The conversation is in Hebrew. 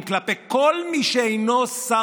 כבוד היושב-ראש,